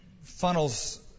funnels